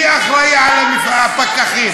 מי אחראי על הפקחים?